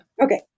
okay